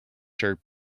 shirt